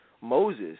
Moses